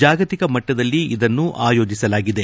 ಜಾಗತಿಕ ಮಟ್ಲದಲ್ಲಿ ಇದನ್ನು ಆಯೋಜಿಸಲಾಗಿದೆ